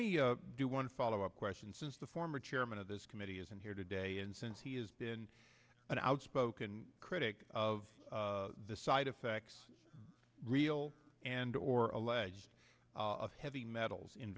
me do one follow up question since the former chairman of this committee isn't here today and since he has been an outspoken critic of the side effects real and or alleged of heavy metals in